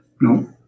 No